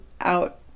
out